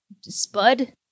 spud